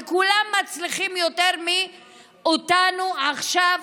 וכולם מצליחים יותר מאיתנו עכשיו,